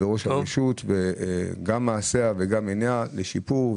בראש הרשות כאשר גם מעשיה וגם עיניה לשיפור,